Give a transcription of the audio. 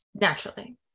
naturally